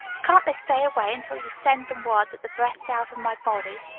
can't they stay away until you send them word that the breath's out of my body?